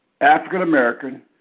African-American